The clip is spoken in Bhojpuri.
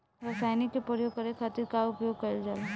रसायनिक के प्रयोग करे खातिर का उपयोग कईल जाला?